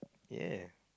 ya